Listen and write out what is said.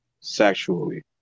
sexually